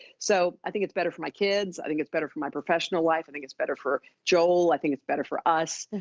so i think it's better for my kids. i think it's better for my professional life. i think it's better for joel. i think it's better for us,